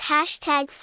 Hashtag